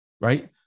Right